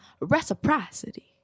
reciprocity